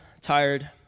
tired